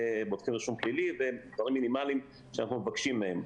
ודברים מינימליים שאנחנו מבקשים מהם.